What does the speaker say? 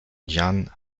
jan